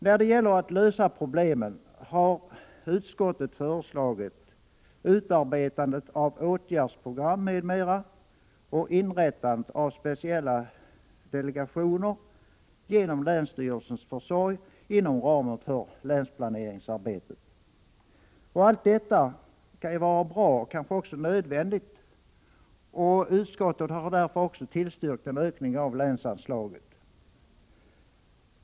När det gäller att lösa problemen har utskottet föreslagit utarbetande av åtgärdsprogram m.m. och inrättande av speciella delegationer genom länsstyrelsernas försorg inom ramen för länsplaneringsarbetet. Allt detta kan ju vara bra och kanske också nödvändigt, och utskottet har därför också tillstyrkt en ökning av länsanslaget.